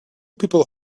people